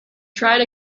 tried